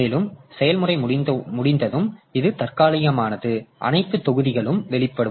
மேலும் செயல்முறை முடிந்ததும் இது தற்காலிகமானது அனைத்து தொகுதிகளும் வெளியிடப்படும்